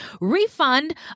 Refund